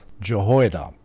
Jehoiada